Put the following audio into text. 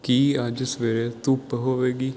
ਕੀ ਅੱਜ ਸਵੇਰੇ ਧੁੱਪ ਹੋਵੇਗੀ